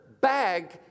bag